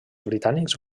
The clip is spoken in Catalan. britànics